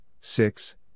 six